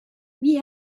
wie